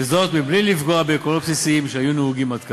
בלי לפגוע בעקרונות בסיסיים שהיו נהוגים עד עתה.